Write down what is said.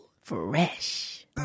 Fresh